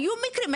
היו מקרים,